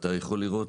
ואתה יכול לראות,